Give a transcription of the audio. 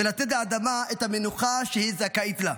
ולתת לאדמה את המנוחה שהיא זכאית לה.